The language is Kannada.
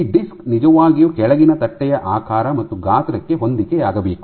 ಈ ಡಿಸ್ಕ್ ನಿಜವಾಗಿಯೂ ಕೆಳಗಿನ ತಟ್ಟೆಯ ಆಕಾರ ಮತ್ತು ಗಾತ್ರಕ್ಕೆ ಹೊಂದಿಕೆಯಾಗಬೇಕು